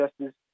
justice